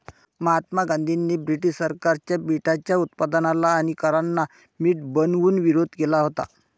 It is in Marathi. महात्मा गांधींनी ब्रिटीश सरकारच्या मिठाच्या उत्पादनाला आणि करांना मीठ बनवून विरोध केला होता